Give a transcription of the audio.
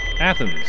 Athens